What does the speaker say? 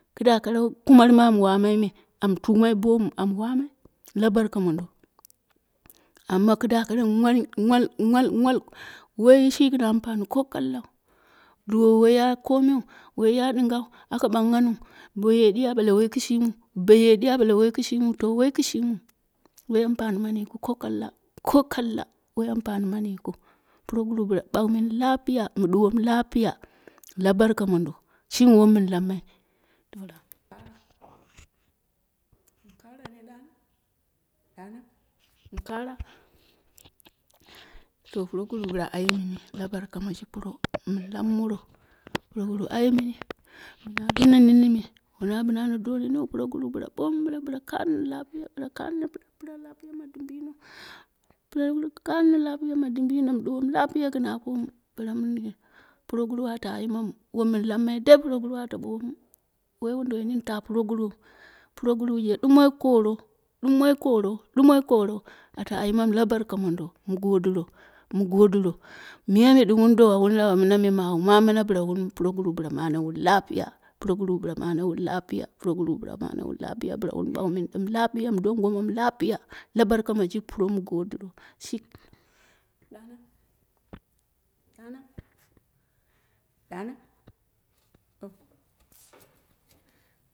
Kida kara kumar am wamai me am tumai bomu am wamai la barka mondo. Amma kida mwal nwal nwal nwal woishi gin ampani ko kallau. Duwowu wai ya kome woi ya dingau aka ɓanghaniu bo ye di a bale woi kishimu, boye di a balk woi koshimiu to woi kishimu woi ampani mani yikiu ko kalla, ko kalla woi ampam mani yikiu, puroguru bla ba k mini lapiya mi duwowu lapiya la barka mondo, shimi wom min lammai. In kara ne dana? Ɗana in kara? to proguru bla ayemini la barka ma ji puro, min lammoro puroguru ayemini, mi na dona nenenme wona bina ana do nene proguru bla bomu bla kanno lapiya ma dimbiyino puroguru kanno lapoya ma dimbiyino mi duwomu lapiya gin apomu, puroguru ate ai mamu wom min lammai dai puroguru ate bomu, woi wonduwoi nini ta puroguru, puroguru je dumoi koro, dumoi koro dumoi koro ate ai mamu la barka mondo mu godiro mu godiro miya dina wun dowa wun lawamina me ba wu ma mina ne puroguru bla mane wuni lapiya proguru bla mane wani lapiya proguru bla mane wani lapiya. Bla wun bale mimi dum lapiya, mi don gomomu lapiya la barka maji puro mi godiro. Dana, dana, dana o.